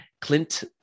Clint